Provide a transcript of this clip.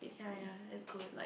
yea yea is good